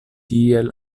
tiel